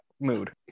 mood